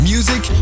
Music